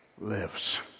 lives